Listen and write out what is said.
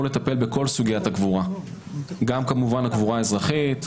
לטפל בכל סוגיית הקבורה: כמובן גם הקבורה האזרחית,